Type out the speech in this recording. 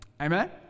Amen